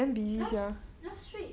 last last week